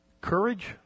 courage